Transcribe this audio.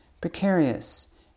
precarious